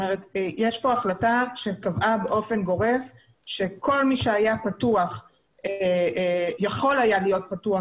יש פה החלטה שקבעה באופן גורף שכל מי שיכול היה להיות פתוח,